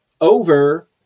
over